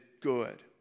good